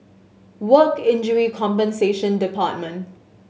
Work Injury Compensation Department